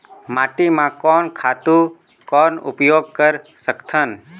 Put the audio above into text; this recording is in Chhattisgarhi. माटी म कोन खातु कौन उपयोग कर सकथन?